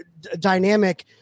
dynamic